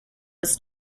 his